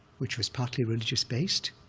which was partly religious based,